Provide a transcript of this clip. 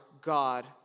God